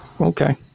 Okay